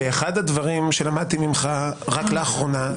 ואחד הדברים שלמדתי ממך רק לאחרונה,